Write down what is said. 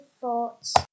thoughts